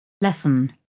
lesson